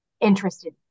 interested